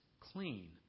clean